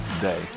day